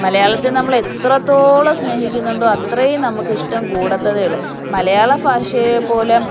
മലയാളത്തെ നമ്മൾ എത്രത്തോളം സ്നേഹിക്കുന്നുണ്ടോ അത്രയും നമുക്ക് ഇഷ്ടം കൂടത്തതേയുളളൂ മലയാളഭാഷയെപ്പോലെ